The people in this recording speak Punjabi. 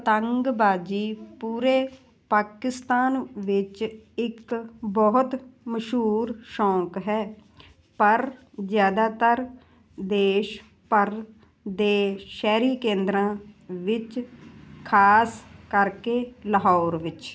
ਪਤੰਗਬਾਜ਼ੀ ਪੂਰੇ ਪਾਕਿਸਤਾਨ ਵਿੱਚ ਇੱਕ ਬਹੁਤ ਮਸ਼ਹੂਰ ਸ਼ੌਕ ਹੈ ਪਰ ਜ਼ਿਆਦਾਤਰ ਦੇਸ਼ ਭਰ ਦੇ ਸ਼ਹਿਰੀ ਕੇਂਦਰਾਂ ਵਿੱਚ ਖ਼ਾਸ ਕਰਕੇ ਲਾਹੌਰ ਵਿੱਚ